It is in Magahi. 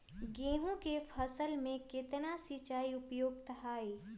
गेंहू के फसल में केतना सिंचाई उपयुक्त हाइ?